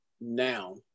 now